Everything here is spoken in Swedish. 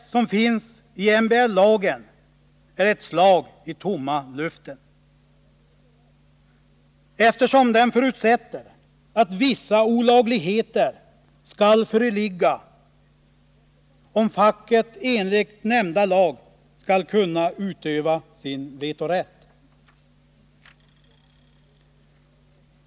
Vetorätten enligt MBL-lagen är ett slag i tomma luften, eftersom den förutsätter att vissa olagligheter skall föreligga, om facket enligt nämnda lag skall kunna utöva sin vetorätt.